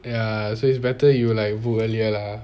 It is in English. ya so it's better you like book earlier lah